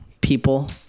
people